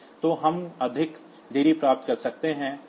तो हम अधिक देरी प्राप्त कर सकते हैं